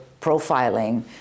profiling